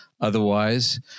otherwise